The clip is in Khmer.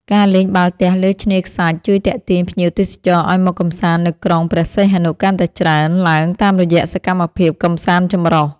ការលេងបាល់ទះលើឆ្នេរខ្សាច់ជួយទាក់ទាញភ្ញៀវទេសចរឱ្យមកកម្សាន្តនៅក្រុងព្រះសីហនុកាន់តែច្រើនឡើងតាមរយៈសកម្មភាពកម្សាន្តចម្រុះ។